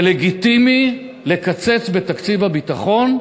ולגיטימי לקצץ בתקציב הביטחון,